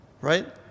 right